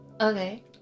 Okay